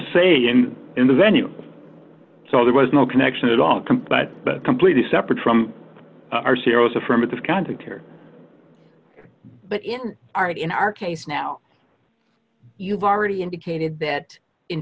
say in in the venue so there was no connection at all but completely separate from our c e o s affirmative conduct here but in part in our case now you've already indicated that in